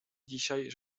dzisiaj